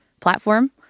platform